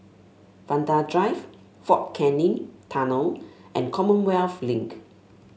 Vanda Drive Fort Canning Tunnel and Commonwealth Link